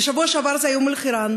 בשבוע שעבר זה היה אום-אלחיראן,